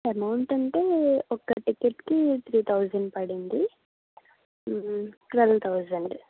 amount అంటే ఒక టికెట్కి త్రీ తౌజండ్ పడింది ట్వల్వ్ తౌజండ్